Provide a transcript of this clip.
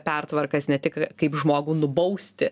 pertvarkas ne tik kaip žmogų nubausti